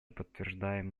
подтверждаем